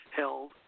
held